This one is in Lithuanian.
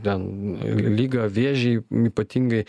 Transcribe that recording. ten li ligą vėžį y ypatingai